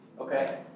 Okay